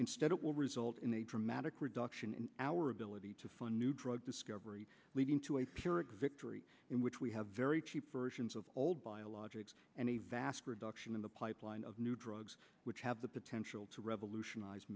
instead it will result in a dramatic reduction in our ability to fund new drug discovery leading to a pyrrhic victory in which we have very cheap versions of old biologics and a vast in the pipeline of new drugs which have the potential to revolutionize